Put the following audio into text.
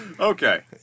Okay